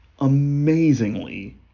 amazingly